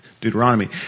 Deuteronomy